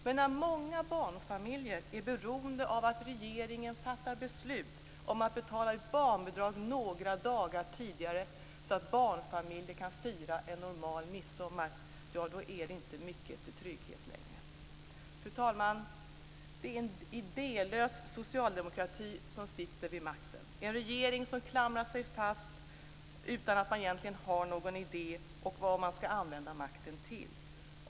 Men när många barnfamiljer är beroende av att regeringen fattar beslut om att betala ut barnbidragen några dagar tidigare så att barnfamiljerna kan fira en normal midsommar, då är det inte mycket till trygghet längre. Fru talman! Det är en idélös socialdemokrati som sitter vid makten, en regering som klamrar sig fast utan att man egentligen har någon idé om vad man ska använda makten till.